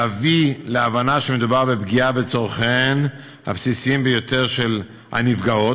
להביא להבנה שמדובר בפגיעה בצורכיהן הבסיסיים ביותר של הנפגעות,